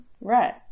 Right